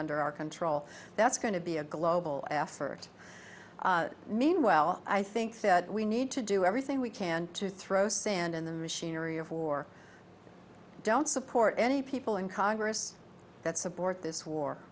under our control that's going to be a global effort meanwhile i think that we need to do everything we can to throw sand in the machinery or for don't support any people in congress that support this war